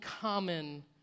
common